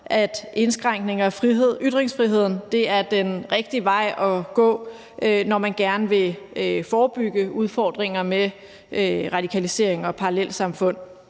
at indskrænkninger af ytringsfriheden er den rigtige vej at gå, når man gerne vil forebygge udfordringer med radikalisering og parallelsamfund.